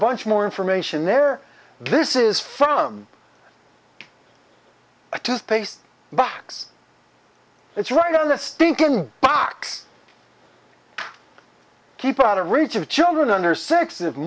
bunch more information there this is from a toothpaste bax it's right on the stink in box keep it out of reach of children under six